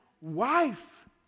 wife